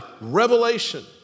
revelation